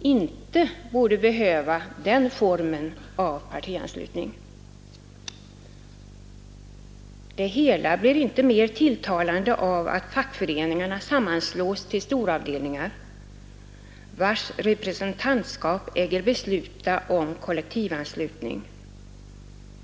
inte borde behöva den formen av partianslutning. Det hela blir inte mer tilltalande av att fackföreningar sammanslås till storavdelningar, vilkas representantskap äger besluta om kollektivanslutning. Medlemmarna har nu mindre än någonsin möjlighet att direkt ge sin mening till känna. En ändring av de här berörda problemen borde snarast komma till stånd.